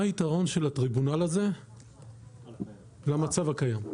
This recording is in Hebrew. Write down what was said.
מה היתרון של הטריבונל הזה לעומת המצב הקיים?